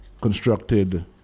constructed